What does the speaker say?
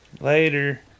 Later